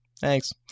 Thanks